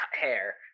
hair